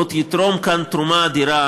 עוד יתרום כאן תרומה אדירה